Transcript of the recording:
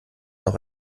noch